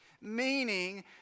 Meaning